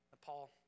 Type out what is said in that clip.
Paul